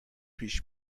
پیش